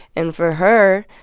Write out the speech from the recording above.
and for her,